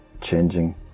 changing